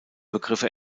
begriffe